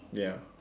ya